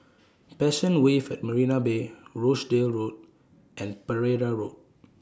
Passion Wave At Marina Bay Rochdale Road and Pereira Road